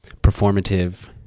performative